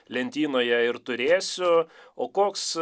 lentynoje ir turėsiu o koks